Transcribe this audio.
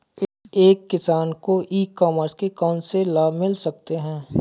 एक किसान को ई कॉमर्स के कौनसे लाभ मिल सकते हैं?